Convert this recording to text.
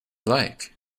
like